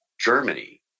Germany